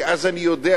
כי אז אני יודע,